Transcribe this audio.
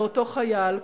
לאותו חייל קרבי,